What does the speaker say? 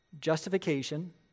Justification